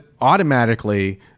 automatically